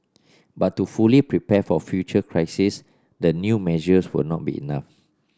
but to fully prepare for future crises the new measures will not be enough